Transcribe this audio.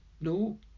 No